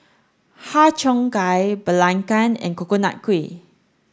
Har Cheong Gai Belacan and Coconut Kuih